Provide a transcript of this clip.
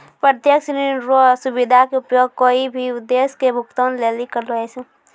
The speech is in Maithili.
प्रत्यक्ष ऋण रो सुविधा के उपयोग कोय भी उद्देश्य के भुगतान लेली करलो जाय छै